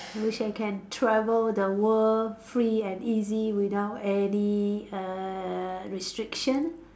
I wish I can travel the world free and easy without any err restriction